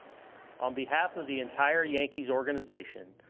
on behalf of the entire yankees organization,